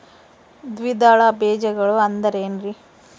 ದ್ವಿದಳ ಬೇಜಗಳು ಅಂದರೇನ್ರಿ?